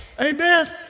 Amen